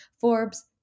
Forbes